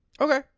Okay